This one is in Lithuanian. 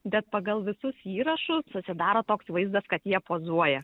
bet pagal visus įrašus susidaro toks vaizdas kad jie pozuoja